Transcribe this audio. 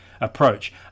approach